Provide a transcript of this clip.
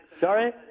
Sorry